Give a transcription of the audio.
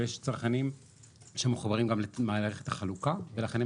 ויש צרכנים שמחוברים גם למערכת החלוקה ולכן הם